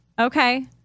Okay